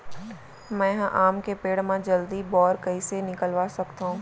मैं ह आम के पेड़ मा जलदी बौर कइसे निकलवा सकथो?